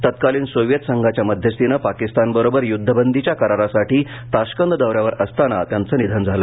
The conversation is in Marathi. तत्कालीन सोवि ति संघाच्या मध्यस्थीने पाकिस्तानबरोबर युद्धबंदीच्याकरारासाठी ताश्कंद दौऱ्यावर असताना त्यांचं निधन झालं